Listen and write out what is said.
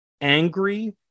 angry